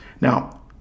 Now